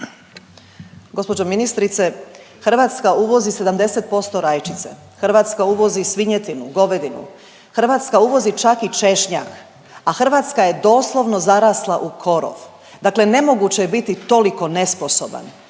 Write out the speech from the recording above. Gospođo ministrice, Hrvatska uvozi 70% rajčice, Hrvatska uvozi svinjetinu, govedinu, Hrvatska uvozi čak i češnjak, a Hrvatska je doslovno zarasla u korov. Dakle, nemoguće je biti toliko nesposoban